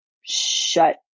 shut